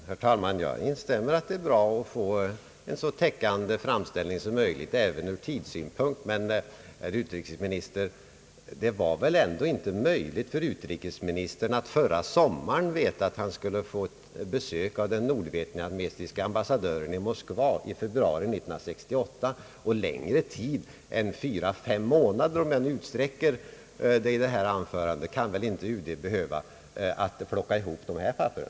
Herr talman! Jag instämmer i att det är bra att få en så täckande framställning som möjligt, även ur tidssynpunkt. Men det var väl ändå inte möjligt för herr utrikesministern att förra sommaren veta, att han i februari 1968 skulle få besök av den nordvietnamesiske ambassadören i Moskva. Och längre tid än fyra, fem månader — om jag nu utsträcker tiden i detta anförande — kan väl inte UD behöva för att plocka ihop de här papperen?